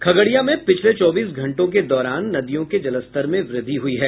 खगड़िया में पिछले चौबीस घंटे के दौरान नदियों के जलस्तर में वृद्धि हुई है